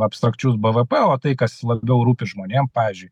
abstrakčius bvp o tai kas labiau rūpi žmonėm pavyzdžiui